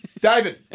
David